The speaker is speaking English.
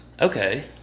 Okay